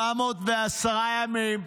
410 ימים,